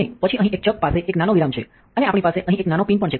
અને પછી અહીં એક ચક પાસે એક નાનો વિરામ છે અને આપણી પાસે અહીં એક નાનો પિન પણ છે